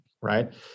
right